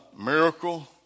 miracle